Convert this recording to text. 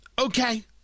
Okay